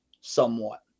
somewhat